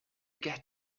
get